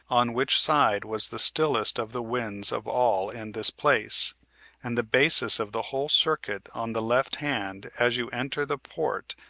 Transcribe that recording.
on which side was the stillest of the winds of all in this place and the basis of the whole circuit on the left hand, as you enter the port,